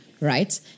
Right